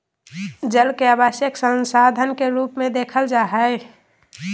जल के आवश्यक संसाधन के रूप में देखल जा हइ